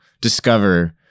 discover